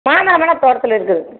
மாமரம் எல்லாம் தோட்டத்தில் இருக்குதுங்க